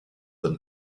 bonne